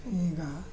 ಈಗ